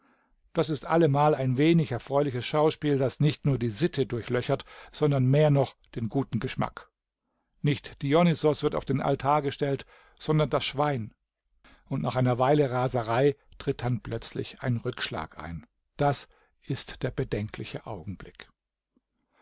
das ist allemal ein wenig erfreuliches schauspiel das nicht nur die sitte durchlöchert sondern mehr noch den guten geschmack nicht dionysos wird auf den altar gestellt sondern das schwein und nach einer weile raserei tritt dann plötzlich ein rückschlag ein das ist der bedenkliche augenblick